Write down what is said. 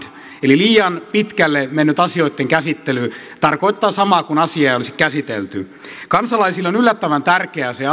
eli liian pitkälle mennyt asioitten käsittely tarkoittaa samaa kuin asiaa ei olisi käsitelty kansalaisille on yllättävän tärkeää se